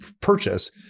purchase